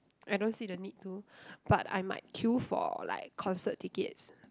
I don't see the need to but I might queue for like concert tickets